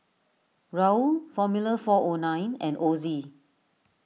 Raoul formula four O nine and Ozi